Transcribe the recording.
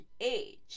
age